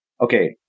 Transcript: okay